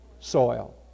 soil